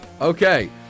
Okay